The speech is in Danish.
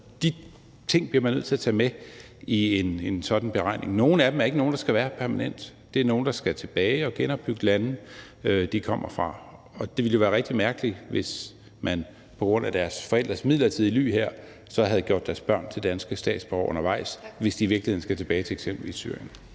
De ting bliver man nødt til at tage med i en sådan beregning. Nogle af dem er ikke nogen, der skal være her permanent. Det er nogen, der skal tilbage og genopbygge landene, de kommer fra. Og det ville jo være rigtig mærkeligt, hvis man på grund af deres forældres midlertidige ly her så havde gjort deres børn til danske statsborgere undervejs, hvis de i virkeligheden skal tilbage til eksempelvis Syrien.